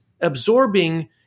absorbing